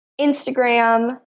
Instagram